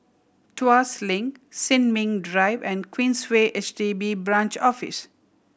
Tuas Link Sin Ming Drive and Queensway H D B Branch Office